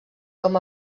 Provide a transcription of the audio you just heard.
com